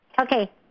Okay